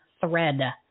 thread